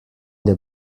der